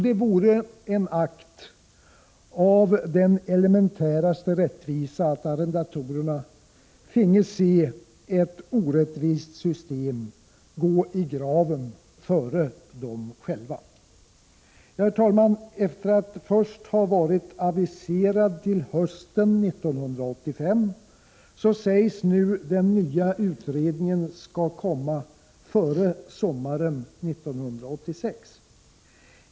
Det vore en akt av den elementäraste rättvisa att arrendatorerna finge se ett orättvist system gå i graven före dem själva. Herr talman! Efter att först ha varit aviserad till hösten 1985 sägs nu den nya utredningen komma före sommaren 1986.